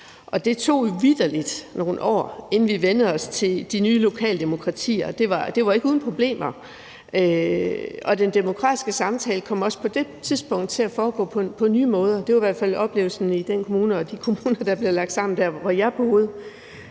det tog vitterlig nogle år, inden vi vænnede os til de nye lokaldemokratier, og det var ikke uden problemer. Den demokratiske samtale kom også på det tidspunkt til at foregå på nye måder. Det var i hvert fald oplevelsen i den kommune og i de kommuner, der blev lagt sammen der, hvor jeg boede.